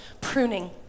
pruning